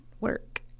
work